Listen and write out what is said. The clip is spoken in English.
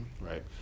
right